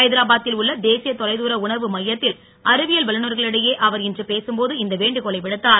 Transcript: ஐதராபாத்தில் உள்ள தேசிய தொலைதூர உணர்வு மையத்தில் அறிவியல் வல்லுநர்களிடையே அவர் இன்று பேகம்போது இந்த வேண்டுகோளை விடுத்தார்